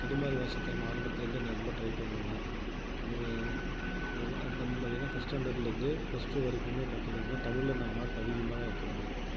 தடுமாறி வாசிக்காமல் ஆரம்பத்திலேர்ந்தே நான் ரொம்ப ட்ரை பண்ணுவேன் அதுமாரி பார்த்தீங்கன்னா ஃபர்ஸ்ட் ஸ்டாண்டர்டுலேருந்தே ப்ளஸ் டூ வரைக்கும் பார்த்தீங்கன்னா தமிழில் நான் மார்க் அதிகமாக தான் எடுத்திருந்தேன்